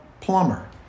plumber